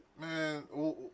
man